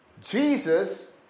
Jesus